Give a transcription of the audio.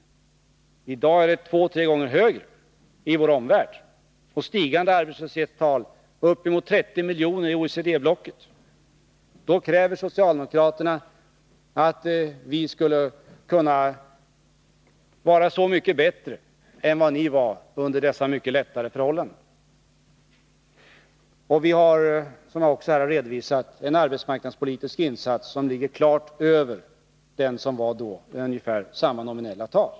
I dag är arbetslösheten i vår omvärld två tre gånger högre. Man har stigande arbetslöshetstal — uppemot 30 miljoner är arbetslösa i OECD-blocket. Då kräver socialdemokraterna att vi skall vara mycket bättre än de själva var under mycket lättare förhållanden! Vi gör också, som jag här har redovisat, en arbetsmarknadspolitisk insats som ligger klart över den som då förekom.